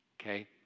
Okay